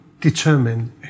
determine